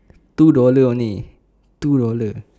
two dollar only two dollar